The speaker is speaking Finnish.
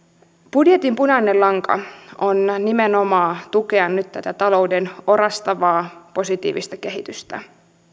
budjetin punainen lanka on nimenomaan tukea nyt tätä talouden orastavaa positiivista kehitystä